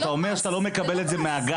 אתה אומר שאתה לא מקבל את זה מהגן,